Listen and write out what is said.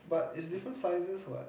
but is different sizes what